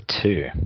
two